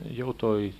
jau toj